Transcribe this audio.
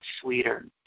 sweeter